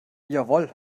jawohl